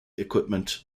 equipment